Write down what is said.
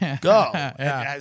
go